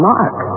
Mark